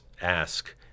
ask